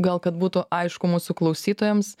gal kad būtų aišku mūsų klausytojams